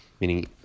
Meaning